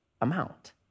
amount